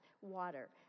water